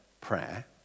prayer